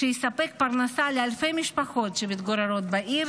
שיספק פרנסה לאלפי משפחות שמתגוררות בעיר